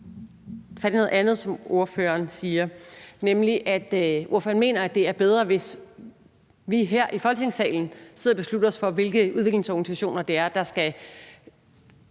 tage fat i noget andet, som ordføreren siger, nemlig at ordføreren mener, at det er bedre, hvis vi her i Folketingssalen sidder og beslutter os for, hvilke udviklingsorganisationer det er, der så